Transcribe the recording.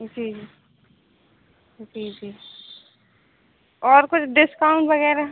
जी जी जी और कुछ डिस्काउंट वगैरह